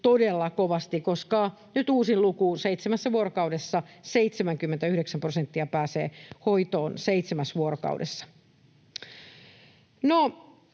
todella kovasti, koska nyt uusin luku on, että seitse-mässä vuorokaudessa 79 prosenttia pääsee hoitoon. On ensinnäkin